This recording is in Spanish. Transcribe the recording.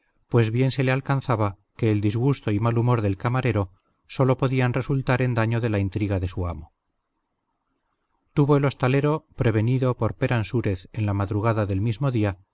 pues bien se le alcanzaba que el disgusto y mal humor del camarero sólo podían resultar en daño de la intriga de su amo tuvo el hostalero prevenido por peransúrez en la madrugada del mismo día